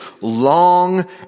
long